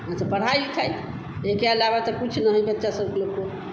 अच्छा पढ़ाई लिखाई इसके अलावा तो कुछ नहीं बच्चा सब लोग को